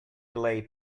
clay